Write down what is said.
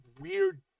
weird